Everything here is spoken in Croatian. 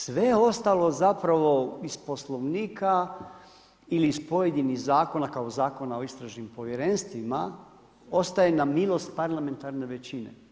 Sve ostalo zapravo iz Poslovnika ili iz pojedinih zakona kao Zakona o istražnim povjerenstvima ostaje na milost parlamentarne većine.